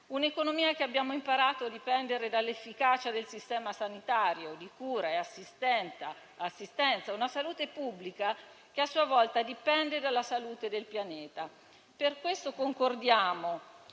Come abbiamo imparato, l'economia dipende dall'efficacia del sistema sanitario, di cura e di assistenza e la salute pubblica, a sua volta, dipende dalla salute del pianeta. Per questo concordiamo